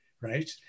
right